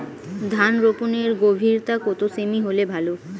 ধান রোপনের গভীরতা কত সেমি হলে ভালো?